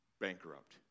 bankrupt